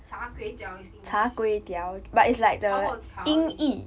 char kway teow is english 炒粿条 is